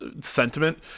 sentiment